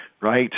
right